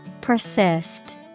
Persist